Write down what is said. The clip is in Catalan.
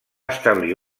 establir